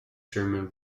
german